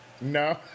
No